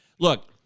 Look